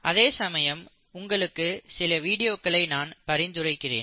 அதே சமயம் உங்களுக்கு சில வீடியோக்களை நான் பரிந்துரைக்கிறேன்